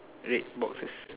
red boxes